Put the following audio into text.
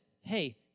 hey